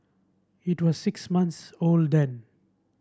it was six months old then